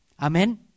Amen